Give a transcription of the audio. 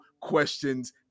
questions